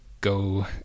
go